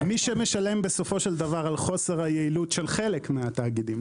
מי שמשלם בסופו של דבר על חוסר היעילות של חלק מהתאגידים,